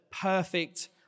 perfect